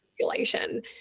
population